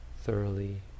thoroughly